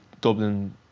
Dublin